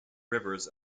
rivers